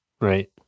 right